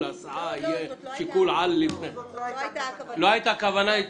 זאת לא הייתה הכוונה.